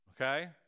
okay